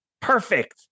perfect